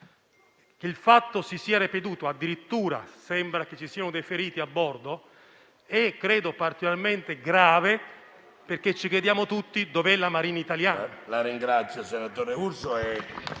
Che il fatto si sia ripetuto - addirittura, sembra che ci siano feriti a bordo - è a mio avviso particolarmente grave, perché ci chiediamo tutti dove sia la Marina italiana.